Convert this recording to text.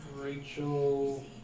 Rachel